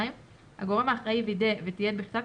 הגורם האחראי וידא ותיעד בכתב,